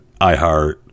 iHeart